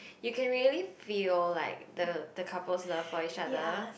you can really feel like the the couple love for each other